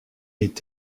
est